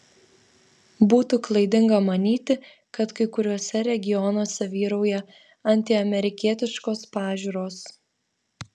būtų klaidinga manyti kad kai kuriuose regionuose vyrauja antiamerikietiškos pažiūros